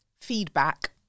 feedback